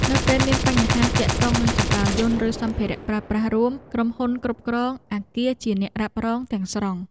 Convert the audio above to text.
នៅពេលមានបញ្ហាទាក់ទងនឹងជណ្តើរយន្តឬសម្ភារប្រើប្រាស់រួម ក្រុមហ៊ុនគ្រប់គ្រងអគារជាអ្នករ៉ាប់រងទាំងស្រុង។